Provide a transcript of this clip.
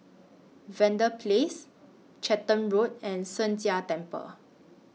Verde Place Charlton Road and Sheng Jia Temple